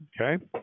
okay